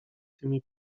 tymi